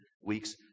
weeks